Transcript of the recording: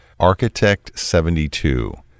Architect72